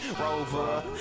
Rover